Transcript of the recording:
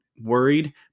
worried